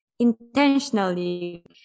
Intentionally